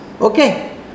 Okay